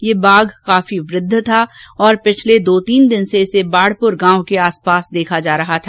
ये बाघ काफी वृद्ध था और पिछले दो तीन दिन से इस बाढपुर गांव के पास देखा जा रहा था